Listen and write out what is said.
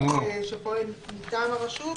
גוף שפועל מטעם הרשות,